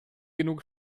genug